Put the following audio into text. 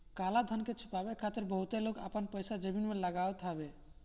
काला धन के छुपावे खातिर बहुते लोग आपन पईसा जमीन में लगावत हवे